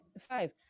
five